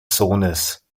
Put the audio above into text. sohnes